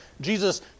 Jesus